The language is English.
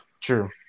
True